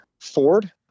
Ford